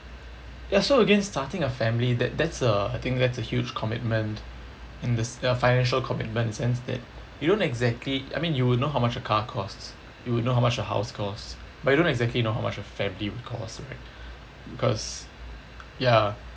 ya so again starting a family that that's a I think that's a huge commitment in this uh financial commitment in the sense that you don't exactly I mean you will know how much a car cost you will know how much a house cost but you don't exactly know how much a family will cost right because ya